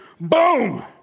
Boom